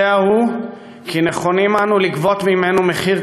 יודע הוא כי נכונים אנו לגבות ממנו מחיר